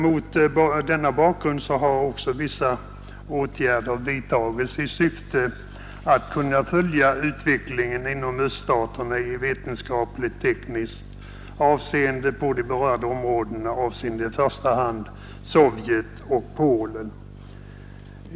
Mot bakgrund av detta har också vissa åtgärder vidtagits i syfte att kunna följa utvecklingen inom öststaterna i tekniskt-vetenskapligt avseende på de berörda områdena. Detta gäller i första hand Sovjet och Polen.